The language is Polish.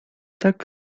tak